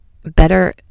Better